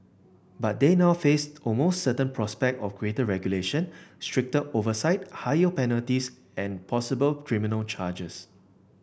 but they now face almost certain prospect of greater regulation stricter oversight higher penalties and possible criminal charges